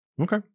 Okay